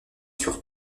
sur